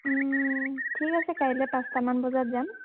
ঠিক আছে কাইলে পাঁচটামান বজাত যাম